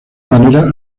manera